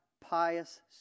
pious